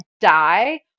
die